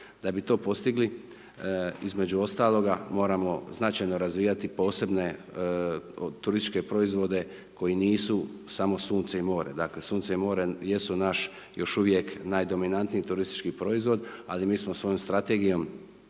Da bi to postigli, između ostaloga, moramo značajno razvijati posebne turističke proizvode koji nisu samo sunce i more. Dakle, sunce i more jesu naš još uvijek najdominantniji turistički proizvod, ali mi smo svojom strategijom